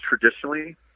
traditionally